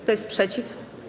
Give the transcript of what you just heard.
Kto jest przeciw?